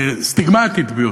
הסטיגמטית ביותר,